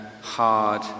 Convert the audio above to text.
hard